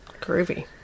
Groovy